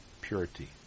purity